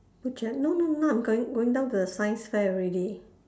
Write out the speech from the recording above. butcher no no now I'm going going down to the science fair already